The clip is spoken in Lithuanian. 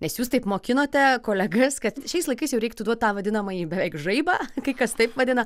nes jūs taip mokinote kolegas kad šiais laikais jau reiktų duot tą vadinamąjį beveik žaibą kai kas taip vadina